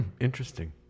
interesting